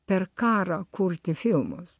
per karą kurti filmus